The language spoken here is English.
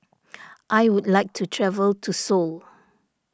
I would like to travel to Seoul